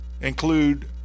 include